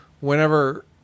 Whenever